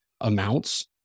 amounts